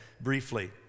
briefly